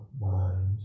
mind